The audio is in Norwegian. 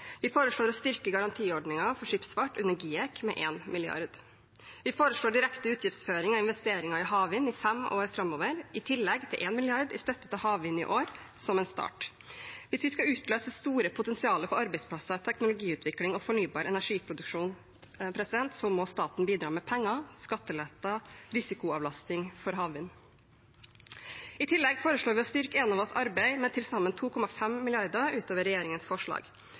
Vi foreslår å styrke garantiordningen for skipsfart under GIEK med 1 mrd. kr. Vi foreslår direkte utgiftsføring av investeringer i havvind i fem år framover, i tillegg til 1 mrd. kr i støtte til havvind i år som en start. Hvis vi skal utløse store potensialer for arbeidsplasser, teknologiutvikling og fornybar energiproduksjon, må staten bidra med penger, skatteletter, risikoavlastning for havvind. I tillegg foreslår vi å styrke Enovas arbeid med til sammen 2,5 mrd. kr utover regjeringens forslag.